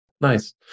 Nice